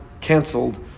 canceled